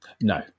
No